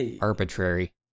arbitrary